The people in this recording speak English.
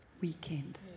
weekend